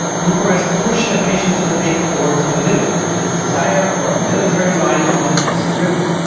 bucharest pushed the patience of the big four to the limit with its desire for a military line on the tisza river,